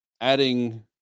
adding